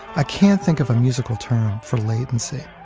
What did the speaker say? i can't think of a musical term for latency,